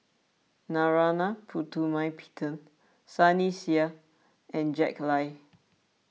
Narana Putumaippittan Sunny Sia and Jack Lai